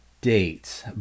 dates